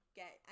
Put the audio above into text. get